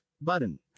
button